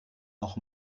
noch